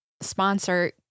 sponsor